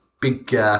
big